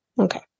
Okay